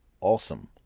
Awesome